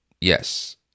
yes